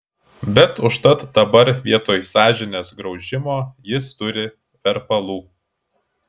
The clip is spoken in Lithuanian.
bet užtat dabar vietoj sąžinės graužimo jis turi verpalų